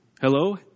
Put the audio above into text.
Hello